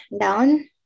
down